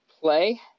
play